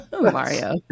Mario